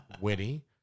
witty